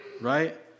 right